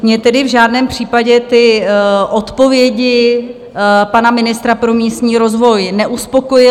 Mně tedy v žádném případě ty odpovědi pana ministra pro místní rozvoj neuspokojily.